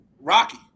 Rocky